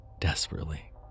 desperately